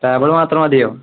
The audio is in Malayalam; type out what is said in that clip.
ടേബിൾ മാത്രം മതിയോ